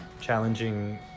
challenging